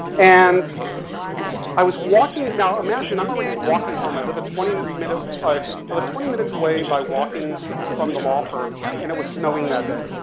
and i was walking, now imagine i'm already walking home, i live a twenty minute, i i live twenty minutes away by walking from the law firm and it was snowing that day.